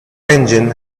engine